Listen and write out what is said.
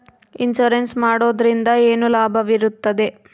Insurance ಮಾಡೋದ್ರಿಂದ ಏನು ಲಾಭವಿರುತ್ತದೆ?